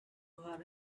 her